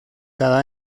cada